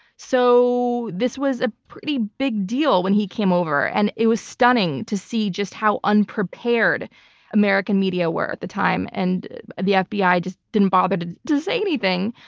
so this was a pretty big deal when he came over. and it was stunning to see just how unprepared american media were at the time and the fbi just didn't bother to to say anything.